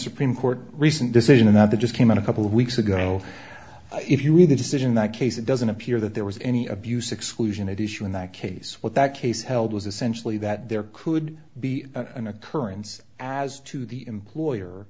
supreme court recent decision that they just came out a couple of weeks ago if you read the decision that case it doesn't appear that there was any abuse exclusion addition in that case what that case held was essentially that there could be an occurrence as to the employer